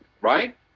right